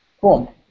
Cool